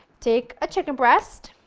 take a chicken breast,